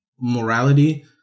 morality